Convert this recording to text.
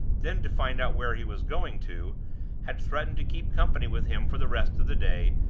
then to find out where he was going to had threatened to keep company with him for the rest of the day,